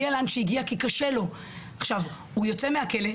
הוא יוצא מהכלא,